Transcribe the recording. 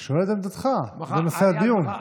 אני שואל מה עמדתך בנושא הדיון.